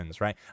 Right